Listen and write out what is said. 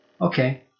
Okay